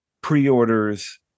pre-orders